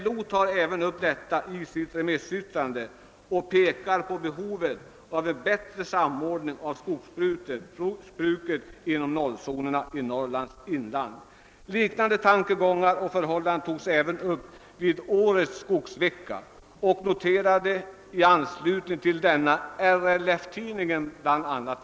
LO tar även upp detta i sitt remissyttrande och pekar på behovet av bättre samordning av skogsbruket inom 0-zonerna i Norrlands inland. Liknande tankegångar rörande dessa förhållanden kom till uttryck vid årets skogsvecka, och RLF-tidningen noterade i anslutning därtill bla.